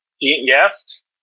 Yes